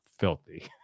filthy